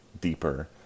deeper